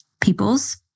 peoples